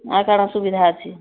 ଆଉ କ'ଣ ସୁବିଧା ଅଛି